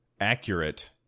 accurate